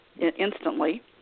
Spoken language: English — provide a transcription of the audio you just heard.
instantly